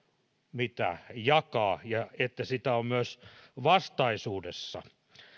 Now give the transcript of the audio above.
mitä jakaa ja että sitä on myös vastaisuudessa